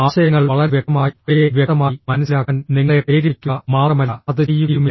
ആശയങ്ങൾ വളരെ വ്യക്തമായി അവയെ വ്യക്തമായി മനസ്സിലാക്കാൻ നിങ്ങളെ പ്രേരിപ്പിക്കുക മാത്രമല്ല അത് ചെയ്യുകയുമില്ല